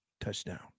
touchdown